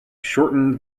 shortened